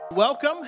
Welcome